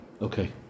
Okay